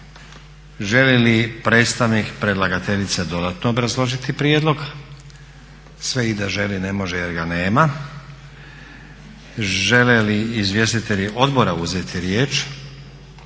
Želi li predstavnik predlagateljice dodatno obrazložiti prijedlog? Sve i da želi ne može jer ga nema. Žele li izvjestitelji odbora uzeti riječ?